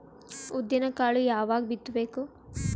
ಉದ್ದಿನಕಾಳು ಯಾವಾಗ ಬಿತ್ತು ಬೇಕು?